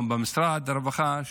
גם במשרד הרווחה,